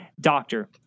Doctor